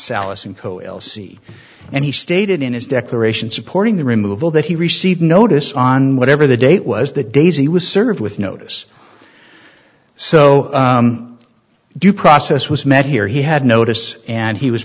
c and he stated in his declaration supporting the removal that he received notice on whatever the date was that daisy was served with notice so due process was met here he had notice and he was